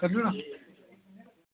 आई जा